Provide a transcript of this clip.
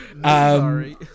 sorry